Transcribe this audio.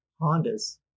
hondas